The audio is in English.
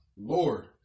Lord